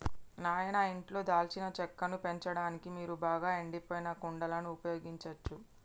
నాయిన ఇంట్లో దాల్చిన చెక్కను పెంచడానికి మీరు బాగా ఎండిపోయిన కుండలను ఉపయోగించచ్చు